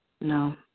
No